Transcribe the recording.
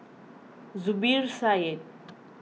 Zubir Said